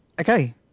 Okay